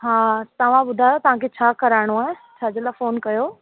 हा तव्हां ॿुधायो तव्हांखे छा कराइणो आहे छाजे लाइ फोन कयो